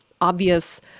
obvious